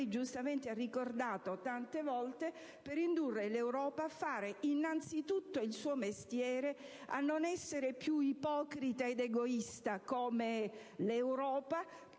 giustamente ha ricordato tante volte, a fare innanzitutto il suo mestiere, a non essere più ipocrita ed egoista come quell'Europa